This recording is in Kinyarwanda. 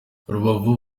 rubavu